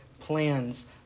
plans